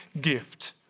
gift